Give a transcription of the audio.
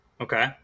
Okay